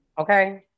Okay